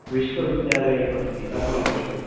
विश्वविद्यालये पठति प्रथमवर्षे